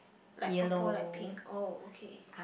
like purple like pink oh okay